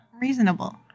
Reasonable